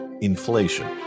inflation